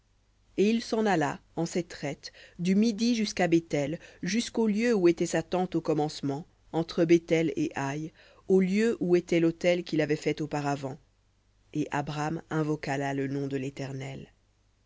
et il s'en alla en ses traites du midi jusqu'à béthel jusqu'au lieu où était sa tente au commencement entre béthel et aï au lieu où était l'autel qu'il y avait fait auparavant et abram invoqua là le nom de l'éternel